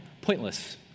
Pointless